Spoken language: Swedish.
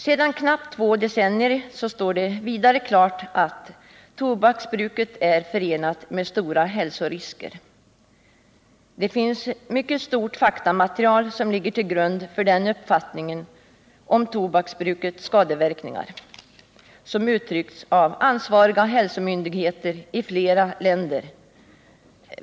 Sedan knappt två decennier tillbaka står det dessutom klart att tobaksbruket är förenat med stora hälsorisker. Det finns ett mycket stort faktamaterial som bevisar tobaksbrukets skadeverkningar, vilka också framhållits av ansvariga hälsomyndigheter i flera länder.